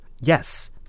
yes